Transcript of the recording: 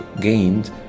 gained